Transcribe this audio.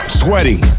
sweating